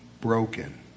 broken